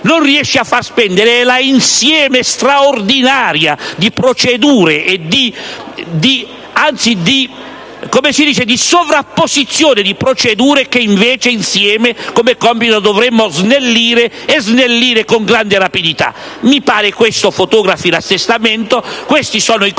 non riesce a far spendere è l'insieme straordinario di sovrapposizioni di procedure che insieme, come compito, dovremmo snellire, e con grande rapidità. Mi pare che ciò fotografi l'assestamento. Questi sono i compiti